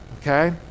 okay